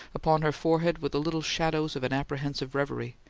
upon her forehead were the little shadows of an apprehensive reverie,